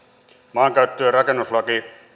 maankäyttö ja rakennuslain